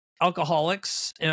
alcoholics